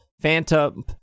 phantom